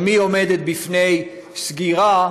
גם היא עומדת בפני סגירה,